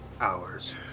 hours